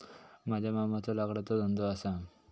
माझ्या मामाचो लाकडाचो धंदो असा